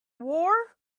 war